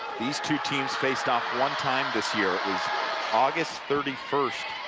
these two teams faced off onetime this year. it was august thirty first.